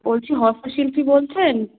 বলছি হস্তশিল্পী বলছেন